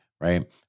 right